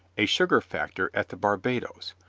a sugar factor at the barbados.